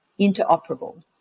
interoperable